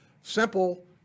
simple